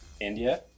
India